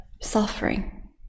suffering